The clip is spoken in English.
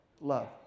love